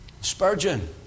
Spurgeon